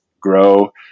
grow